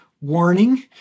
warning